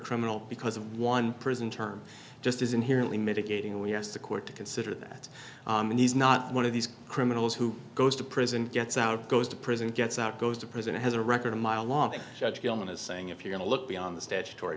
criminal because of one prison term just is inherently mitigating and we asked the court to consider that and he's not one of these criminals who goes to prison gets out goes to prison gets out goes to prison has a record a mile long judge gilman is saying if you're going to look beyond the statutory